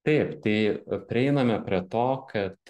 taip tai prieiname prie to kad